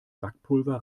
backpulver